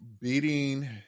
beating